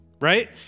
right